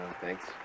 Thanks